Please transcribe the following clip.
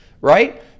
right